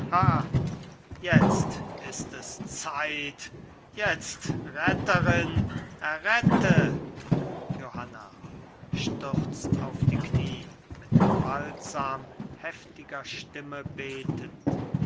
jetzt ist es zeit jetzt retterin errette johanna stürzt auf die knie mit gewaltsam heftiger stimme betend